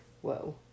whoa